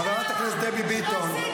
חברת הכנסת דבי ביטון.